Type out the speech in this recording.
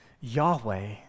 Yahweh